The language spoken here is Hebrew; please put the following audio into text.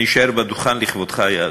אני אשאר על הדוכן לכבודך, יעקב.